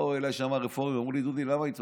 באו אליי שם הרפורמים, אמרו לי: דודי, למה הצבעת?